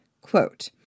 Quote